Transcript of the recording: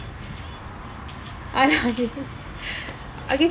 ah okay okay